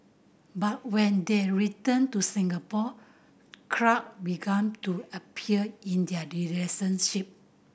but when they returned to Singapore crack began to appear in their relationship